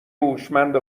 هوشمند